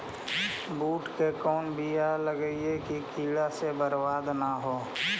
बुंट के कौन बियाह लगइयै कि कीड़ा से बरबाद न हो?